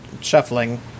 shuffling